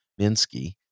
Minsky